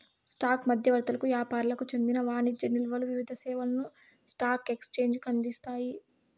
stock మధ్యవర్తులకు యాపారులకు చెందిన వాణిజ్య నిల్వలు వివిధ సేవలను స్పాక్ ఎక్సేంజికి అందిస్తాయి